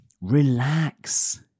relax